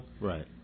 Right